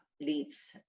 leads